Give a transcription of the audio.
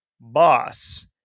boss